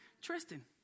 Tristan